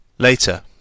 Later